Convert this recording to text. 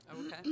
Okay